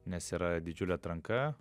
nes yra didžiulė atranka